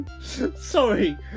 Sorry